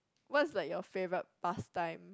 what's like your favourite pastime